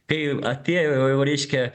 kai atėjo jau reiškia